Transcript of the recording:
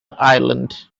island